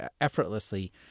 effortlessly